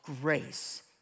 grace